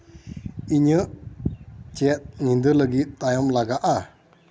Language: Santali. ᱤᱧᱟᱹᱜ ᱪᱮᱫ ᱧᱤᱫᱟᱹ ᱞᱟᱹᱜᱤᱫ ᱪᱟᱛᱚᱢ ᱞᱟᱜᱟᱼᱟ